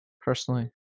personally